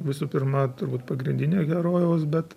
visų pirma turbūt pagrindinio herojaus bet